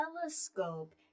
telescope